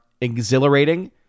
exhilarating